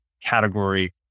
category